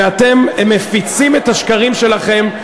ואתם מפיצים את השקרים שלכם,